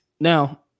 Now